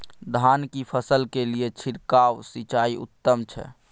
धान की फसल के लिये छिरकाव सिंचाई उत्तम छै?